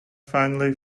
finally